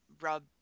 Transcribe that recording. rub